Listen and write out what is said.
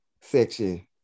section